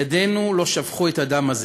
ידינו לא שפכו את הדם הזה,